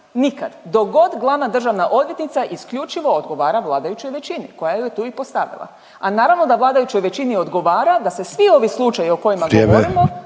Nikad. Dok god Glavna državna odvjetnica isključivo odgovara vladajućoj većini, koja ju je tu i postavila. A naravno da vladajućoj većini odgovara da se svi ovi slučajevi o kojima govorimo